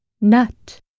Nut